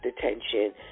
Detention